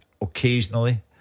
occasionally